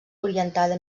orientada